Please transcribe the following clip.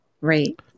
Right